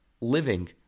living